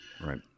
right